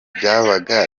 byabaga